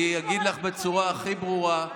אני אגיד לך בצורה הכי ברורה.